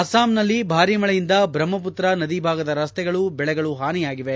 ಅಸ್ಸಾಂನಲ್ಲಿ ಭಾರಿ ಮಳೆಯಿಂದ ಬ್ರಹ್ಮಪುತ್ರ ನದಿಭಾಗದ ರಸ್ತೆಗಳು ಬೆಳೆಗಳು ಹಾನಿಯಾಗಿವೆ